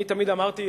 אני תמיד אמרתי,